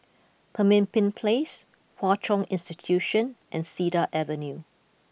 Pemimpin Place Hwa Chong Institution and Cedar Avenue